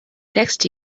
text